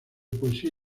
poesía